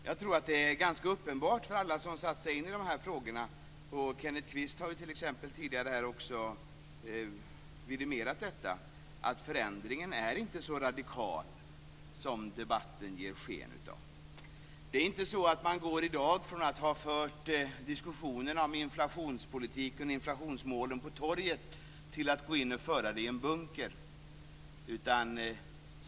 Jag tror att det är ganska uppenbart för alla som har satt sig in i de här frågorna - och Kenneth Kvist har ju t.ex. tidigare vidimerat detta - att förändringen inte är så radikal som debatten ger sken av. Det är inte så att man i dag går från att ha fört diskussionerna om inflationspolitiken och inflationsmålen på torget till att gå in och föra dem i en bunker.